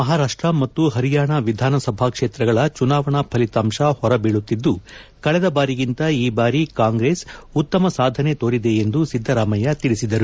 ಮಹಾರಾಷ್ಟ್ರ ಮತ್ತು ಹರಿಯಾಣ ವಿಧಾನಸಭಾ ಕ್ಷೇತ್ರಗಳ ಚುನಾವಣಾ ಫಲಿತಾಂಶ ಹೊರಬೀಳುತ್ತಿದ್ದು ಕಳೆದ ಬಾರಿಗಿಂತ ಈ ಬಾರಿ ಕಾಂಗ್ರೆಸ್ ಉತ್ತಮ ಸಾಧನೆ ನೀಡಿದೆ ಎಂದು ಸಿದ್ಧರಾಮಯ್ಯ ತಿಳಿಸಿದರು